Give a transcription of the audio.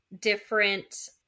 different